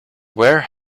where